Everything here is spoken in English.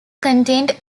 contained